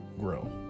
Grill